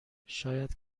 شاید